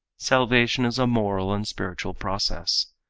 salvation is a moral and spiritual process.